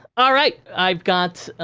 all right, i've got,